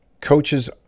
Coaches